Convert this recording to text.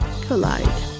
collide